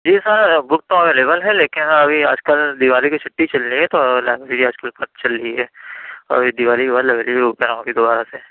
جی sir book تو available ہے لیکن ابھی آج کل دیوالی کی چُھٹی چل رہی ہے تو لائبریری آج کل بند چل رہی ہے ابھی دیوالی کے بعد لائبریری اوپن ہوگی دوبارہ سے